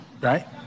Right